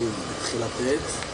במשך הרבה שנים אנחנו רגילים להגיד: